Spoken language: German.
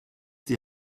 die